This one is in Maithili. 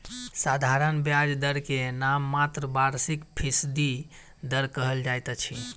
साधारण ब्याज दर के नाममात्र वार्षिक फीसदी दर कहल जाइत अछि